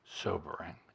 sobering